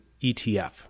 ETF